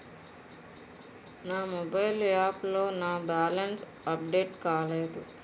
నా mobile app లో నా బ్యాలెన్స్ అప్డేట్ కాలేదు